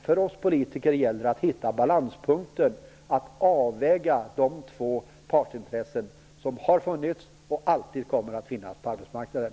För oss politiker gäller det att hitta balanspunkten, att avväga de två partsintressen som har funnits och som alltid kommer att finnas på arbetsmarknaden.